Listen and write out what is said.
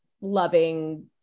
loving